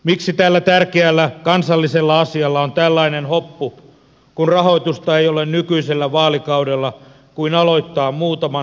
miksi tällä tärkeällä kansallisella asialla on tällainen hoppu kun rahoitusta ei ole nykyisellä vaalikaudella kuin muutaman hankkeen selvitystyön aloittamiseen